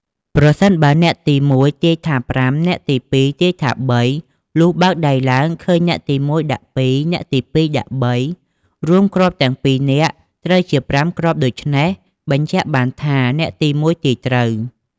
ប្រសិនបើអ្នកទី១ ទាយថា៥ អ្នកទី២ ទាយថា៣ លុះបើកដៃឡើងឃើញអ្នកទី១ ដាក់២ អ្នកទី២ ដាក់៣ រួមគ្រាប់ទាំង២ នាក់ត្រូវជា ៥ គ្រាប់ ដូច្នេះ បញ្ជាក់បានថា អ្នកទី ១ ទាយត្រូវ។